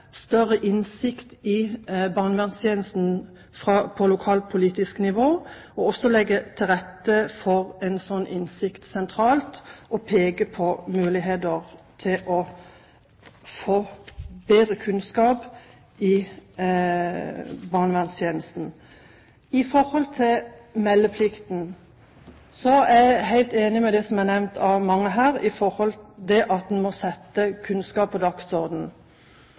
større innsikt i barnevernstjenesten på lokalpolitisk nivå, legge til rette for en slik innsikt sentralt og peke på muligheter til å få bedre kunnskap i barnevernstjenesten. Når det gjelder meldeplikten, er jeg helt enig i det som er nevnt av mange her, at en må sette kunnskap på